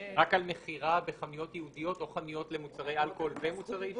על מכירה בחנויות ייעודיות או חנויות לאלכוהול ומוצרי עישון?